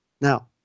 Now